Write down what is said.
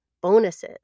bonuses